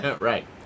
Right